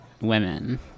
women